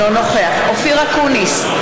אינו נוכח אופיר אקוניס,